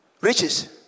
riches